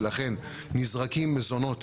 ולכן נזרקים מזונות